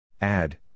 Add